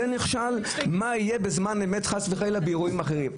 אם אירוע כזה נכשל אז מה יהיה בזמן אמת חס וחלילה באירועים אחרים?